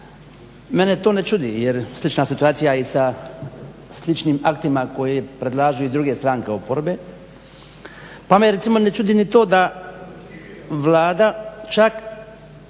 Mene to ne čudi jer slična situacija je i sa sličnim aktima koje predlažu i druge stranke oporbe. Pa me recimo ne čudi ni to da Vlada čak